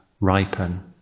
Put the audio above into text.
ripen